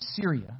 Syria